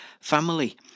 family